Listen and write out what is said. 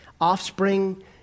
offspring